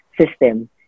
system